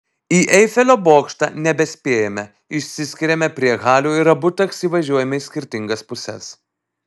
į eifelio bokštą nebespėjame išsiskiriame prie halių ir abu taksi važiuojame į skirtingas puses